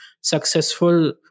successful